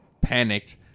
panicked